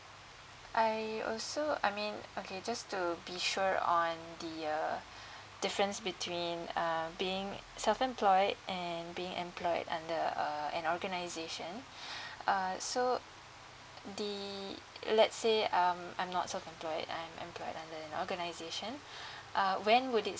I also I mean okay just to be sure on the uh difference between uh being self employed and being employed under uh an organisation uh so the let's say um I'm not self employed I'm employed under an organisation uh when would it